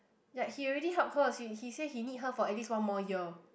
yea he already help her she he say he need her for at least one more year